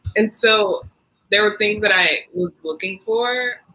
and so there were things that i was looking for.